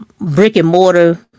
brick-and-mortar